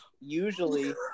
Usually